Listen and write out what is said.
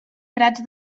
prats